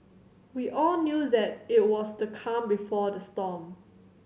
we all knew that it was the calm before the storm